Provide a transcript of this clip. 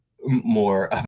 more